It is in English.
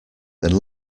then